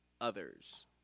others